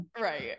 Right